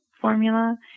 formula